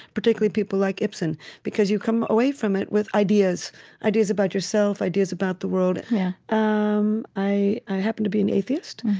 particularly people like ibsen because you come away from it with ideas ideas about yourself, ideas about the world yeah um i i happen to be an atheist,